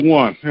one